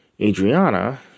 Adriana